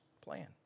plan